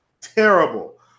terrible